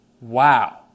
Wow